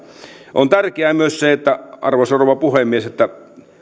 on tärkeää myös se arvoisa rouva puhemies että